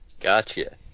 Gotcha